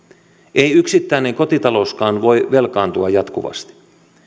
ei yksittäinen kotitalouskaan voi velkaantua jatkuvasti